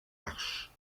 marches